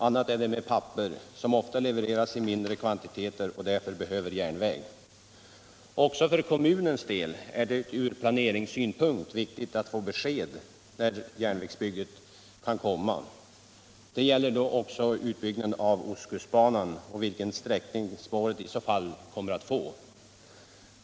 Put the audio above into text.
Annat är det med papper, som ofta levereras i mindre kvantiteter och därför behöver järnväg. Också för kommunen är det från planeringssynpunkt viktigt att få besked om när järnvägsbygget kan starta. Det gäller utbyggnaden av ostkustbanan och vilken sträckning spåret i så fall kommer att få.